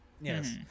yes